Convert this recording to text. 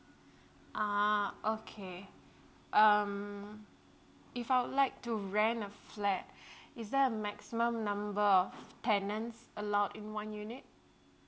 ah okay um if I would like to rent a flat is there a maximum number of tenants allowed in one unit